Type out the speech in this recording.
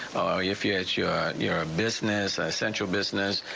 you fear to your your ah business essential business.